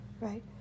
Right